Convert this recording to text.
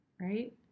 right